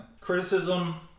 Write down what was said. Criticism